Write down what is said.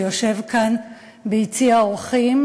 שיושב כאן ביציע האורחים,